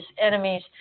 enemies